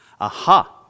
Aha